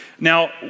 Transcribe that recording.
Now